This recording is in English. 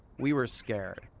we were scared.